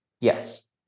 Yes